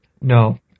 no